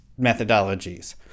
methodologies